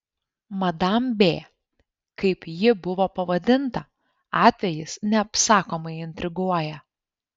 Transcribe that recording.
madam b kaip ji buvo pavadinta atvejis neapsakomai intriguoja